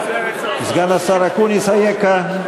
סגן השר אקוניס, אייכה?